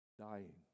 dying